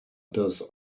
does